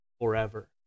forever